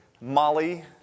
Molly